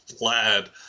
Lad